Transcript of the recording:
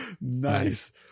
Nice